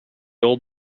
old